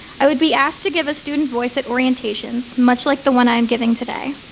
i would be asked to give a student voice at orientations, much like the one i am giving today.